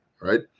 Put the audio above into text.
right